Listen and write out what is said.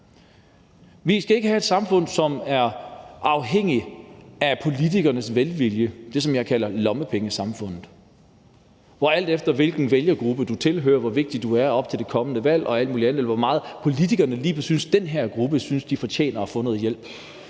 Vi skal ikke have et samfund, som er afhængigt af politikernes velvilje – det, som jeg kalder lommepengesamfundet – og hvor det handler om, hvilken vælgergruppe du tilhører, og hvor vigtig du er op til det kommende valg og alt muligt andet, eller hvor meget politikerne lige synes, at den her gruppe fortjener at få noget hjælp.